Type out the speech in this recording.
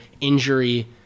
injury